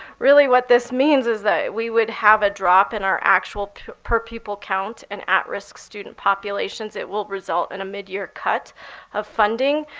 really what this means is that we would have a drop in our actual per pupil count and at-risk student populations. it will result in a mid-year cut of funding.